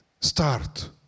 Start